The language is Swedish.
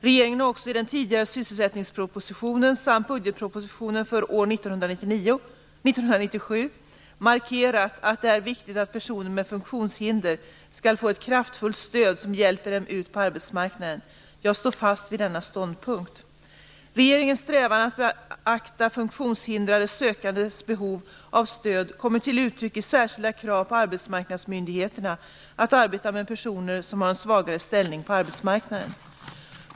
Regeringen har också i den tidigare sysselsättningspropositionen samt budgetpropositionen för år 1997 markerat att det är viktigt att personer med funktionshinder skall få ett kraftfullt stöd som hjälper dem ut på arbetsmarknaden. Jag står fast vid denna ståndpunkt. Regeringens strävan att beakta funktionshindrade sökandes behov av stöd kommer till uttryck i särskilda krav på arbetsmarknadsmyndigheterna att arbeta med personer som har en svagare ställning på arbetsmarknaden.